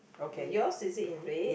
yours is it in red